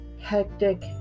hectic